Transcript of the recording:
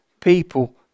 people